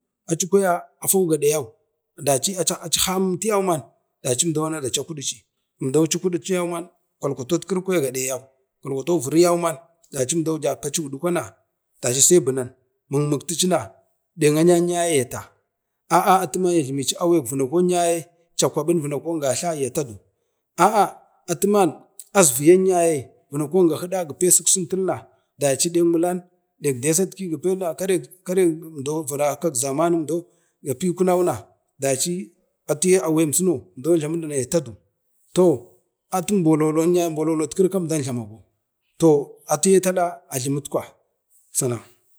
atu kuya afau gade yau na daci aci hamtuwaumam na daci, dachakudici, əmdau dakudici yauman kwakwatet kiri kwaya gade yau atu viri yauman əmdau pau i gudukwa na daci sai binam, mukmuktici na deng ayan yaye yata aa atuma ya jlumeci awek vunakon yaye chakwaɓum vinakin gatla ya tadu a a atuman asviyan yaye vinakon ga hida gipe sik sintil na nek milam desat gi pona dek karek do virawon kak zamanin dau gapi kunau daci atuye awem suno umdau jlamuna duna yatadu. to atum bololon bololot kiri kam əmdau jlamago atu ye tala alhumut kwa sulams.